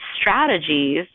strategies